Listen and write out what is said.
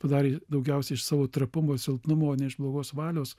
padarė daugiausiai iš savo trapumo silpnumo o ne iš blogos valios